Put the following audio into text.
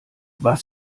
was